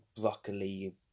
Broccoli